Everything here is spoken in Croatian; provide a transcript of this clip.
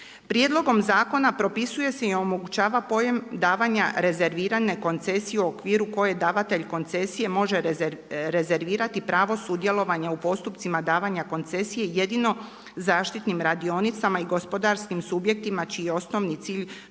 Prijedlogom zakona propisuje se i omogućava pojam davanja rezervirane koncesije o okviru koje davatelj koncesije može rezervirati, pravo su u djelovanja u postupcima davanja koncesije, jedino zaštitnim radionicama i gospodarskim subjektima čiji je osnovni cilj